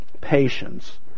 patience